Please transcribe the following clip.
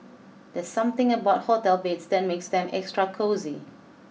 there's something about hotel beds that makes them extra cosy